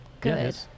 good